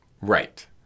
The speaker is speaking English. Right